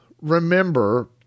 remember